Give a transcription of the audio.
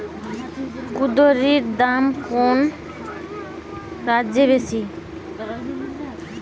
কুঁদরীর দাম কোন রাজ্যে বেশি?